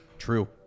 true